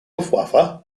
luftwaffe